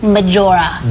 Majora